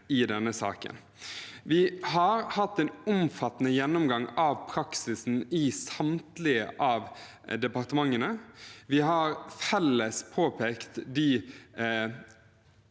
i denne saken. Vi har hatt en omfattende gjennomgang av praksisen i samtlige av departementene, vi har felles påpekt de